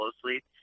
closely